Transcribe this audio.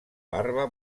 barba